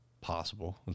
possible